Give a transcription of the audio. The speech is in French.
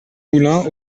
moulin